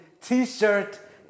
T-shirt